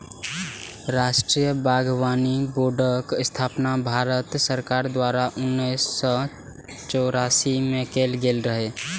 राष्ट्रीय बागबानी बोर्डक स्थापना भारत सरकार द्वारा उन्नैस सय चौरासी मे कैल गेल रहै